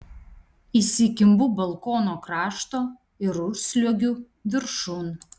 įsikimbu balkono krašto ir užsliuogiu viršun